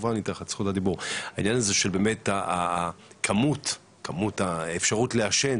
כי העניין הזה של כמות האפשרות לעשן,